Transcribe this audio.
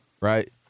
right